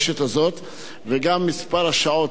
וגם מספר השעות הוא מאוד מצומצם.